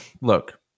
look